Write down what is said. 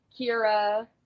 Kira